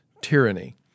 tyranny